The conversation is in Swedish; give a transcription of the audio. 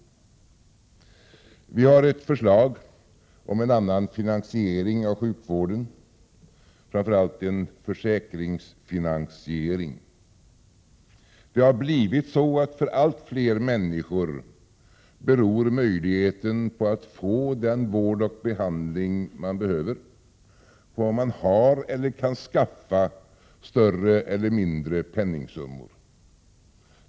Vi har ett förslag om en annan finansiering av sjukvården, framför allt en försäkringsfinansiering. För allt fler människor beror möjligheten att få den vård och behandling man behöver på om man har eller kan skaffa större eller mindre penningsummor.